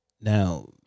Now